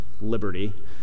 liberty